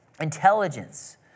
intelligence